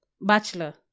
Bachelor